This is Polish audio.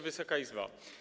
Wysoka Izbo!